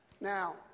Now